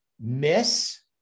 miss